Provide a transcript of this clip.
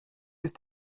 ist